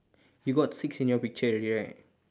you got six in your picture already right